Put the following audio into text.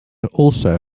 also